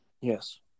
Yes